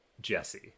Jesse